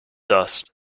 dust